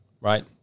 Right